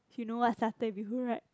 you know what's satay bee hoon right